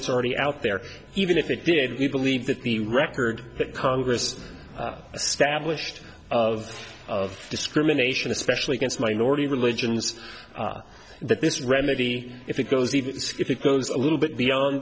that's already out there even if it did believe that the record that congress stablished of of discrimination especially against minority religions that this remedy if it goes even if it goes a little bit beyond